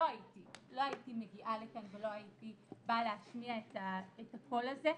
לא הייתי מגיעה לכאן ולא הייתי באה להשמיע את הקול הזה.